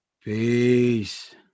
Peace